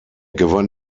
gewann